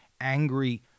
angry